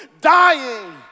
dying